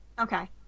Okay